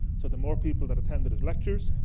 so the more people that attended his lectures,